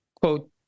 quote